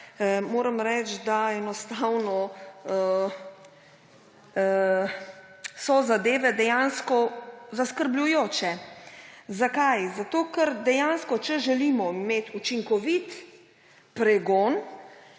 moram reči, da enostavno so zadeve dejansko zaskrbljujoče. Zakaj? Zato ker dejansko, če želimo imeti učinkovit pregon,